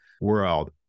world